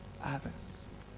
others